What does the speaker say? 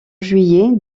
juillet